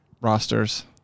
rosters